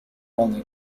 only